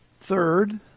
Third